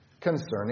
concerning